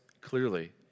clearly